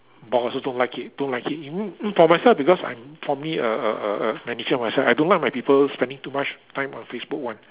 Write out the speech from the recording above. bosses don't like it don't like it even for myself because I'm for me err err err err manager myself I don't like my people spending too much time on Facebook one